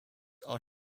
are